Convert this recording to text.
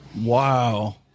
wow